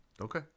Okay